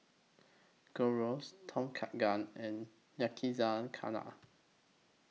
Gyros Tom Kha Gai and Yakizakana